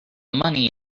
money